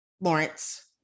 lawrence